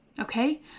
Okay